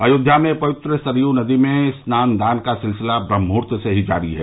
अयोध्या में पवित्र सरयू नदी में स्नान दान का सिलसिला ब्रह्ममुहूर्त से ही जारी है